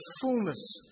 fullness